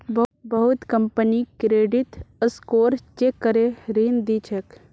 बहुत company credit score check करे ऋण दी छेक